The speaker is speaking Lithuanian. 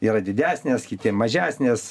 yra didesnės kiti mažesnis